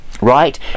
Right